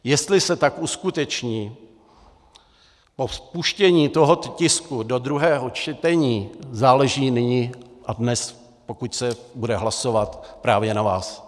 Jestli se tak uskuteční po vpuštění tohoto tisku do druhého čtení, záleží nyní a dnes, pokud se bude hlasovat, právě na vás.